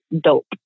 DOPE